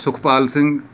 Sukhpal Singh